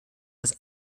des